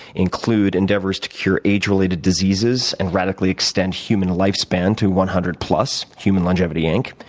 include endeavors to cure age related diseases and radically extend human lifespan to one hundred plus, human longevity inc.